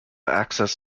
access